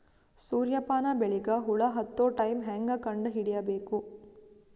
ಸೂರ್ಯ ಪಾನ ಬೆಳಿಗ ಹುಳ ಹತ್ತೊ ಟೈಮ ಹೇಂಗ ಕಂಡ ಹಿಡಿಯಬೇಕು?